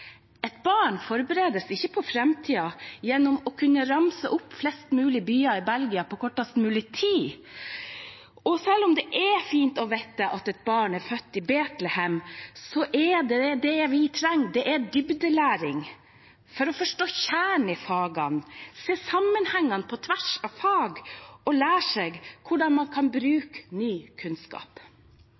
Et barn forberedes ikke på framtiden gjennom å kunne ramse opp flest mulig byer i Belgia på kortest mulig tid, og selv om det er fint å vite at et barn er født i Betlehem, er det de trenger, dybdelæring for å forstå kjernen i fagene, se sammenhengene på tvers av fag og lære seg hvordan man kan bruke ny kunnskap.